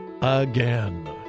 Again